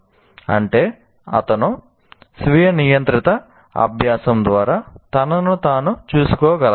అంటే అతను స్వీయ నియంత్రిత అభ్యాసం ద్వారా తనను తాను చూసుకోగలగాలి